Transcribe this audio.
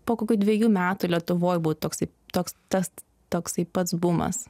po kokių dvejų metų lietuvoj buvo toksai toks tas toksai pats bumas